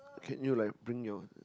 can you like bring your